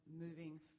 moving